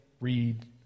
read